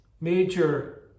Major